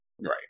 Right